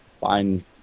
fine